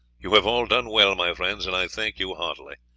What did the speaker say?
you have all done well, my friends, and i thank you heartily.